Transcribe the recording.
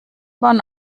waren